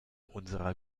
unserer